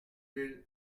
d’une